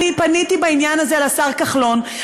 אני פניתי בעניין הזה לשר כחלון,